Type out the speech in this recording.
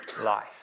life